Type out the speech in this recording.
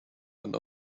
and